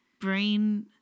brain